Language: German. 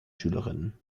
schülerinnen